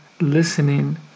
listening